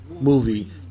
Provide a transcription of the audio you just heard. movie